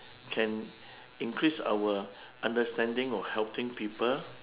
can increase our understanding or helping people